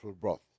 broth